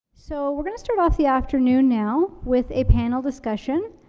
so we're gonna start off the afternoon now with a panel discussion.